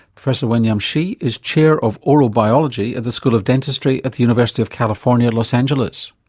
professor wenyuan shi is chair of oral biology at the school of dentistry at the university of california, los angeles.